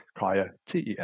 cryo-TEM